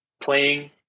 playing